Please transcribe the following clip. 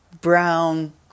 brown